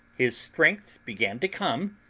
his strength began to come,